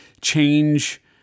change